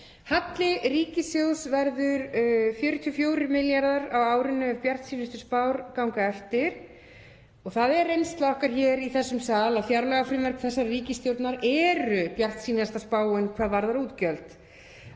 Halli ríkissjóðs verður 44 milljarðar á árinu ef bjartsýnustu spár ganga eftir og það er reynsla okkar í þessum sal að fjárlagafrumvarp ríkisstjórnar er bjartsýnasta spáin hvað varðar útgjöld.